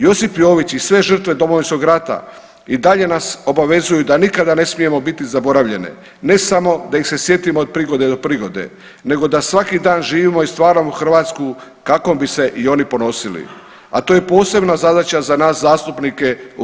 Josip Jović i sve žrtve domovinskog rata i dalje nas obavezuju da nikada ne smijemo biti zaboravljene, ne samo da ih se sjetimo od prigode do prigode nego da svaki dan živimo i stvaramo Hrvatsku kakvom bi se i oni ponosili, a to je posebna zadaća za nas zastupnike u HS.